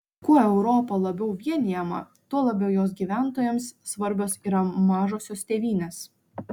kuo europa labiau vienijama tuo labiau jos gyventojams svarbios yra mažosios tėvynės